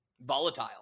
volatile